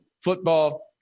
football